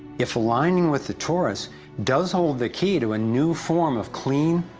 if aligning with the torus does hold the key to a new form of clean,